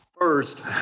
first